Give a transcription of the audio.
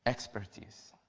expertise.